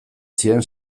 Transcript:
zien